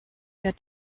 der